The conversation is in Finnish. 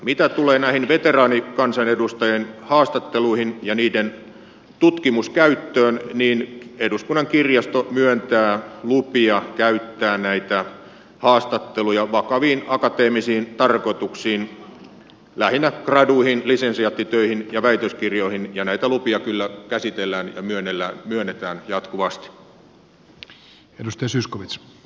mitä tulee näihin veteraanikansanedustajien haastatteluihin ja niiden tutkimuskäyttöön niin eduskunnan kirjasto myöntää lupia käyttää näitä haastatteluja vakaviin akateemisiin tarkoituksiin lähinnä graduihin lisensiaattitöihin ja väitöskirjoihin ja näitä lupia kyllä käsitellään ja myönnetään jatkuvasti